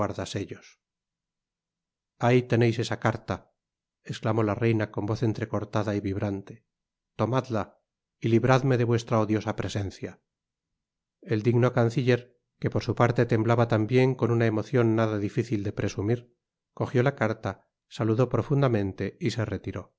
teneis esa carta esclamó la reina con voz entrecortada y vibrante tomadla y libradme de vuestra odiosa presencia el digno canciller que por su parte temblaba tambien con una emocion natia dificil de presumir cogió la carta saludó profundamente y se retiró